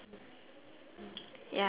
ya